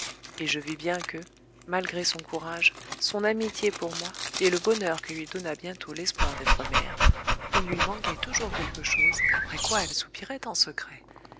et je vis bien que malgré son courage son amitié pour moi et le bonheur que lui donna bientôt l'espoir d'être mère il lui manquait toujours quelque chose après quoi elle soupirait en secret